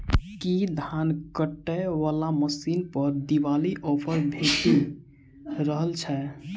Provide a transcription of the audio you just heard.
की धान काटय वला मशीन पर दिवाली ऑफर भेटि रहल छै?